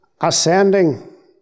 ascending